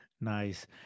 nice